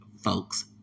folks